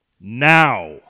Now